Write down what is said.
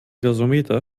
gasometer